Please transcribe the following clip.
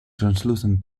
translucent